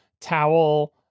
towel